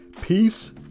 Peace